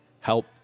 help